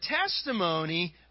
testimony